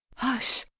hush,